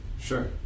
Sure